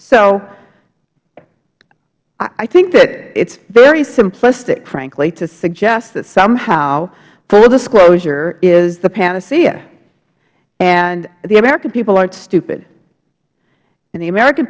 so i think that it is very simplistic frankly to suggest that somehow full disclosure is the panacea the american people aren't stupid and the american